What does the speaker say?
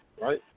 right